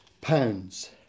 pounds